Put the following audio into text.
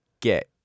get